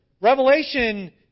Revelation